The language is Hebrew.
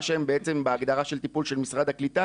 כאלה שהם בעצם בהגדרה של טיפול של משרד הקליטה.